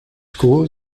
school